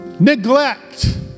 Neglect